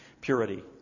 purity